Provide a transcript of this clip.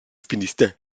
finistère